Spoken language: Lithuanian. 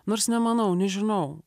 nors nemanau nežinau